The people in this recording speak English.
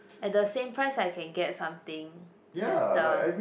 at the same price I can get something better